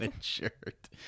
shirt